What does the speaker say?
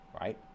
right